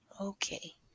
Okay